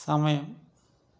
സമയം